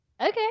Okay